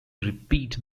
repeat